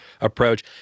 approach